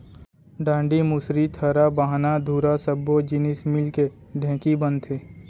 डांड़ी, मुसरी, थरा, बाहना, धुरा सब्बो जिनिस मिलके ढेंकी बनथे